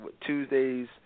Tuesdays